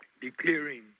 declaring